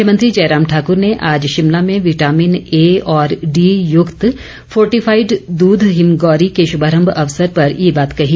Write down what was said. मुख्यमंत्री जयराम ठाकर ने आज शिमला में विटामिन ए और डी युक्त फोर्टिफाईड द्ध हिमगौरी के शुभारंभ अवसर पर ये बात कही